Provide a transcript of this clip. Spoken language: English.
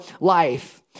life